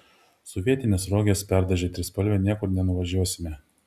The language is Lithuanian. sovietines roges perdažę trispalve niekur nenuvažiuosime